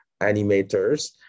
animators